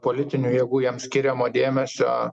politinių jėgų jam skiriamo dėmesio